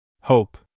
Hope